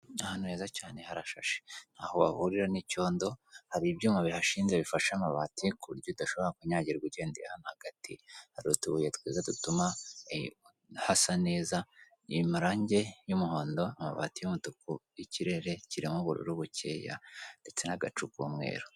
Ahantu heza cyane harashashe ntaho wahurira n'icyondo, hari ibyuma bihashinze bifashe amabati ku buryo udashobora kunyagirwa ugendeye hano hagati, hari utubuye twiza dutuma hasa neza, amarangi y'umuhondo, amabati y'umutuku, ikirere kirimo ubururu bukeya ndetse n'agacu k'umweru.